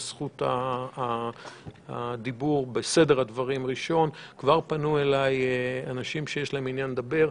זכות הדיבור בסדר הדברים ראשון כבר פנו אליי אנשים שיש להם עניין לדבר.